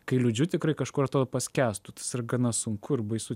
kai liūdžiu tikrai kažkur atrodo paskęstu ir gana sunku ir baisu